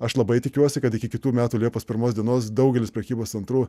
aš labai tikiuosi kad iki kitų metų liepos pirmos dienos daugelis prekybos centrų